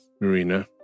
Marina